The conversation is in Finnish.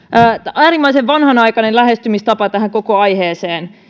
äärimmäisen vanhanaikainen lähestymistapa tähän koko aiheeseen